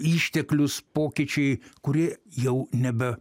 išteklius pokyčiai kurie jau nebe